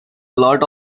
lot